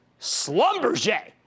Slumberjay